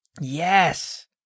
Yes